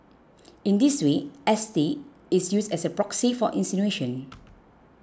in this way S T is used as a proxy for insinuation